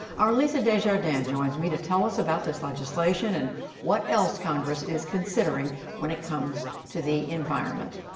our lisa desjardins joins me to tell us about this legislation and what else congress is considering when it comes to the environment.